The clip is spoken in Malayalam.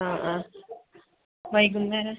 ആ ആ വൈകുന്നേരം